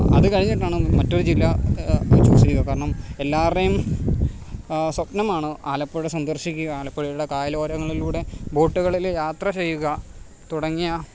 അത് കഴിഞ്ഞിട്ടാണ് മറ്റൊരു ജില്ല ചൂസെയ്യ്ക കാരണം എല്ലാവരുടെയും സ്വപ്നമാണ് ആലപ്പുഴ സന്ദർശിക്കുക ആലപ്പുഴയുടെ കായലോരങ്ങളിലൂടെ ബോട്ടുകളില് യാത്ര ചെയ്യുക തുടങ്ങിയ